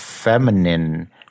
Feminine